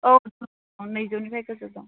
अ नैजौनिफ्राय गोजौ दं